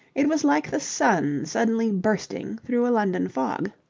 it was like the sun suddenly bursting through a london fog.